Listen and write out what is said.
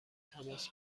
تماس